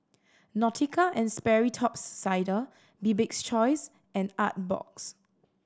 Nautica and Sperry Top's Sider Bibik's Choice and Artbox